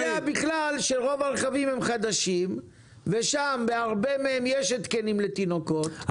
ואתה יודע שרוב הרכבים הם חדשים ובהרבה מהם יש התקנים נגד שכחת תינוקות,